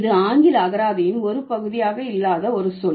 இது ஆங்கில அகராதியின் ஒரு பகுதியாக இல்லாத ஒரு சொல்